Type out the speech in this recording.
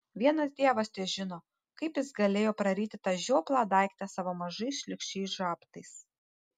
vienas dievas težino kaip jis galėjo praryti tą žioplą daiktą savo mažais šlykščiais žabtais